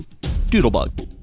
Doodlebug